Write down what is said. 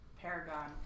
paragon